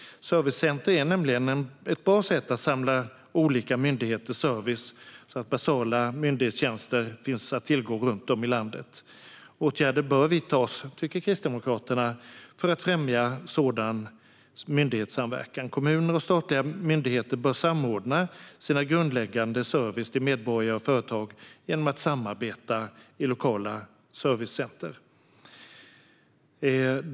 Servicecenter är nämligen ett bra sätt att samla olika myndigheters service så att basala myndighetstjänster finns att tillgå runt om i landet. Kristdemokraterna tycker att åtgärder bör vidtas för att främja sådan myndighetssamverkan. Kommuner och statliga myndigheter bör samordna sin grundläggande service till medborgare och företag genom att samarbeta i lokala servicecenter.